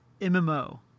MMO